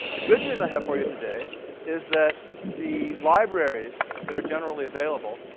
the good news i have for you today is that the libraries that are generally available